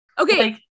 Okay